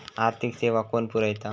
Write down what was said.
आर्थिक सेवा कोण पुरयता?